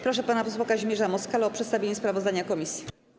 Proszę pana posła Kazimierza Moskala o przedstawienie sprawozdania komisji.